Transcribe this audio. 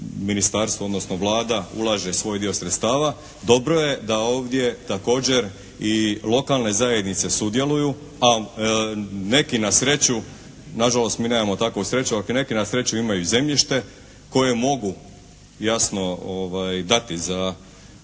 Ministarstvo odnosno Vlada ulaže svoj dio sredstava. Dobro je da ovdje također i lokalne zajednice sudjeluju, a neki na sreću, nažalost mi nemamo takvu sreću, ako neki na sreću imaju zemljište koje mogu jasno dati za